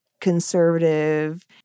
conservative